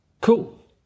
Cool